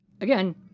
again